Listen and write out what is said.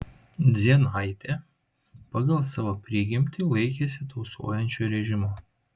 dzienaitė pagal savo prigimtį laikėsi tausojančio režimo